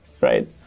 right